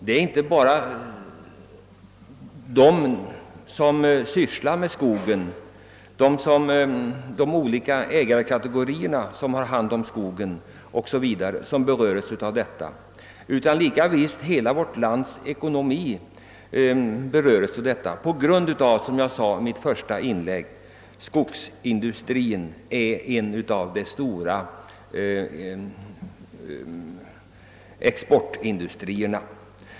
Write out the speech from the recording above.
Det är inte bara de olika ägarkategorierna inom skogsområdet som berörs, utan saken har betydelse för hela vårt lands ekonomi på grund av att — som jag sade i mitt första inlägg — skogsindustrin är en av de stora exportindustrierna.